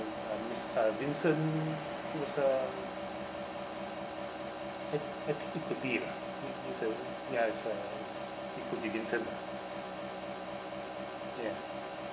uh miss uh vincent it was a I I think it could be lah vincent ya it's a it could be vincent lah ya